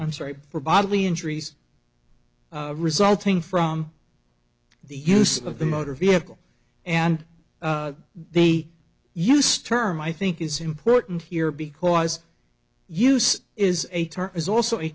i'm sorry for bodily injuries resulting from the use of the motor vehicle and they use term i think is important here because use is a term is also a